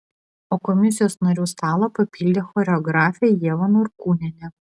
o komisijos narių stalą papildė choreografė ieva norkūnienė